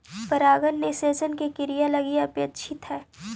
परागण निषेचन के क्रिया लगी अपेक्षित हइ